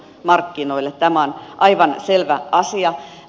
tämä on aivan selvä asia